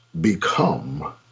become